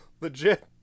legit